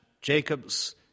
Jacob's